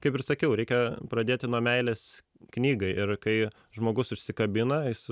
kaip ir sakiau reikia pradėti nuo meilės knygai ir kai žmogus užsikabina jis